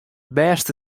bêste